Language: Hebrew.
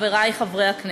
חברי חברי הכנסת,